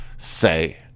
say